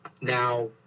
Now